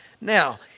Now